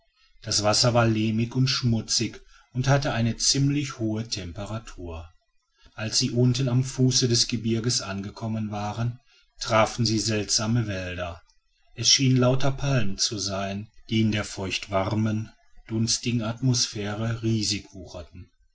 das wasser war lehmig und schmutzig und hatte eine ziemlich hohe temperatur als sie unten am fuße des gebirges angekommen waren trafen sie seltsame wälder es schienen lauter palmen zu sein die in der feuchtwarmen dunstigen atmosphäre riesig